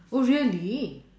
oh really